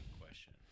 question